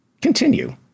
Continue